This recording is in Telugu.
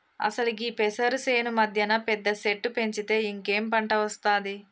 అసలు గీ పెసరు సేను మధ్యన పెద్ద సెట్టు పెంచితే ఇంకేం పంట ఒస్తాది